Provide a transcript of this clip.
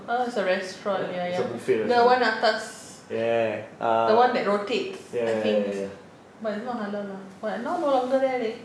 oh it's a restaurant the one atas eh the one that rotates I think but it's not halal lah but now no longer there leh